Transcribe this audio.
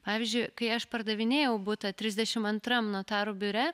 pavyzdžiui kai aš pardavinėjau butą trisdešimt antram notarų biure